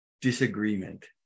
disagreement